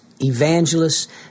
evangelists